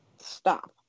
stop